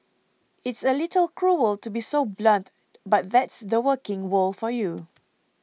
it's a little cruel to be so blunt but that's the working world for you